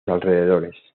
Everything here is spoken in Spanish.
alrededores